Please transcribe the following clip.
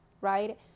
Right